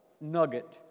nugget